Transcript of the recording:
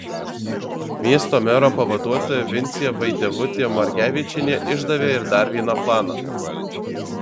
miesto mero pavaduotoja vincė vaidevutė margevičienė išdavė ir dar vieną planą